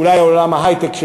ואולי על עולם ההיי-טק,